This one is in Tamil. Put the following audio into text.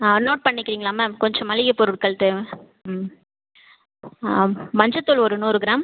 ஆ நோட் பண்ணிக்கிறீங்களா மேம் கொஞ்சம் மளிகை பொருட்கள் தேவை ம் மஞ்சத்தூள் ஒரு நூறு கிராம்